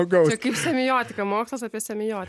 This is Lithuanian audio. daugiau čia kaip semiotika mokslas apie semiotiką